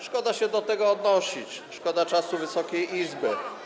Szkoda się do tego odnosić, szkoda czasu Wysokiej Izby.